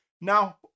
Now